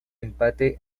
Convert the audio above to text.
empate